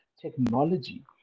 technology